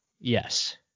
yes